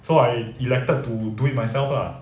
so I elected to do it myself lah